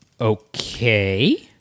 okay